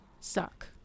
Suck